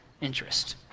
interest